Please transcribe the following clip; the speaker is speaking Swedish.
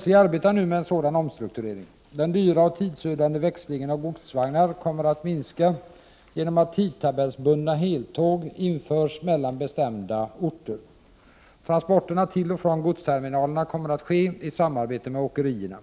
SJ arbetar nu med en sådan omstrukturering. Den dyra och tidsödande växlingen av godsvagnar kommer att minska genom att tidtabellsbundna heltåg införs mellan bestämda orter. Transporterna till och från godsterminalerna kommer att ske i samarbete med åkerierna.